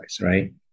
right